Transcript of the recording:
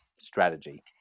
strategy